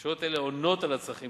ולא יוכל לתת מענה מיידי לצורכי